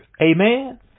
Amen